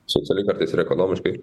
socialiai kartais ir ekonomiškai